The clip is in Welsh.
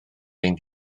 ein